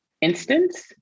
instance